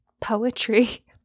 poetry